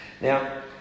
Now